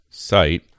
site